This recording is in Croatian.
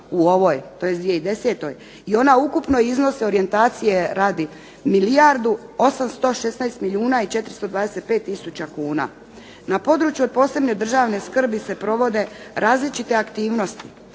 u ovoj tj. 2010. i ona ukupno iznosi orijentacije radi milijardu 816 milijuna i 425 tisuća kuna. Na području od posebne državne skrbi se provode različite aktivnosti